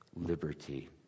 liberty